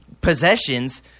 possessions